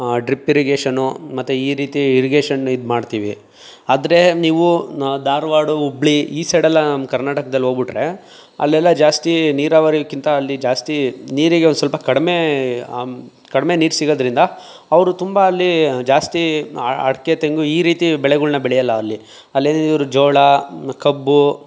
drip irrigation ಮತ್ತು ಈ ರೀತಿ ಇರಿಗೇಷನ್ ಇದು ಮಾಡ್ತೀವಿ ಆದರೆ ನೀವು ಧಾರವಾಡ ಹುಬ್ಬಳ್ಳಿ ಈ ಸೈಡೆಲ್ಲ ನಮ್ಮ ಕರ್ನಾಟಕದಲ್ಲಿ ಹೋಗ್ಬಿಟ್ರೆ ಅಲ್ಲೆಲ್ಲ ಜಾಸ್ತಿ ನೀರಾವರಿಗಿಂತ ಅಲ್ಲಿ ಜಾಸ್ತಿ ನೀರಿಗೆ ಒಂದು ಸ್ವಲ್ಪ ಕಡಿಮೆ ಕಡಿಮೆ ನೀರು ಸಿಗೋದ್ರಿಂದ ಅವರು ತುಂಬ ಅಲ್ಲಿ ಜಾಸ್ತಿ ಅಡಿಕೆ ತೆಂಗು ಈ ರೀತಿ ಬೆಳೆಗಳನ್ನ ಬೆಳೆಯಲ್ಲ ಅಲ್ಲಿ ಅಲ್ಲೇನಿದ್ದರೂ ಜೋಳ ಕಬ್ಬು